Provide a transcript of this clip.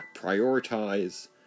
prioritize